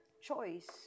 choice